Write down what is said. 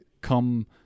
come